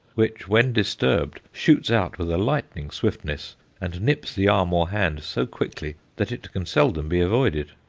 which, when disturbed, shoots out with lightning swiftness and nips the arm or hand so quickly that it can seldom be avoided.